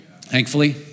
Thankfully